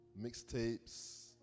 mixtapes